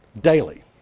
daily